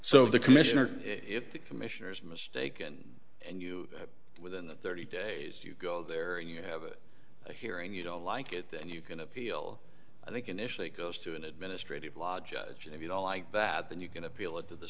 so the commissioner if the commissioner is mistaken and you within thirty days you go there and you have a hearing you don't like it then you can appeal i think initially it goes to an administrative law judge and if you don't like that then you can appeal it to the